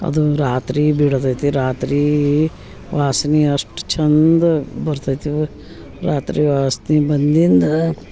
ಅದು ರಾತ್ರಿ ಬೀಳುತೈತಿ ರಾತ್ರಿ ವಾಸ್ನೆ ಅಷ್ಟು ಚಂದ ಬರ್ತೈತಿ ರಾತ್ರಿ ವಾಸ್ನೆ ಬಂದಿಂದ